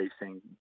racing